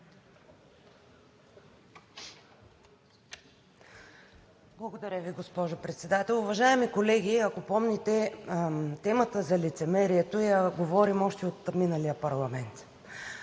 Благодаря Ви, госпожо Председател. Уважаеми колеги, ако помните, темата за лицемерието я говорим още от миналия парламент.